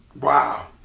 Wow